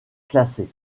classées